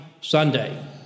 Sunday